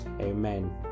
Amen